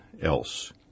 else